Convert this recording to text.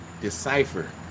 decipher